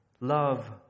love